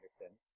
Anderson